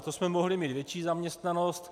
To jsme mohli mít větší zaměstnanost.